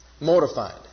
Mortified